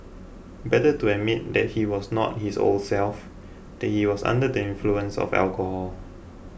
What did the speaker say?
better to admit that he was not his old self that he was under the influence of alcohol